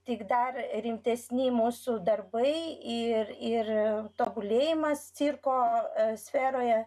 tik dar rimtesni mūsų darbai ir ir tobulėjimas cirko sferoje